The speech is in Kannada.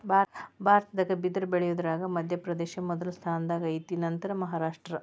ಭಾರತದಾಗ ಬಿದರ ಬಳಿಯುದರಾಗ ಮಧ್ಯಪ್ರದೇಶ ಮೊದಲ ಸ್ಥಾನದಾಗ ಐತಿ ನಂತರಾ ಮಹಾರಾಷ್ಟ್ರ